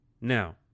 Now